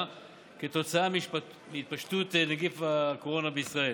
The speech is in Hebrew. כתוצאה מהתפשטות נגיף הקורונה בישראל.